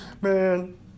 Man